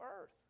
earth